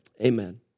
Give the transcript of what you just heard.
amen